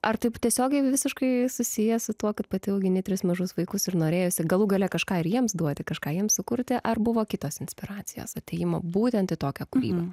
ar taip tiesiogiai visiškai susiję su tuo kad pati augini tris mažus vaikus ir norėjosi galų gale kažką ir jiems duoti kažką jiems sukurti ar buvo kitos inspiracijos atėjimo būtent į tokią kūrybą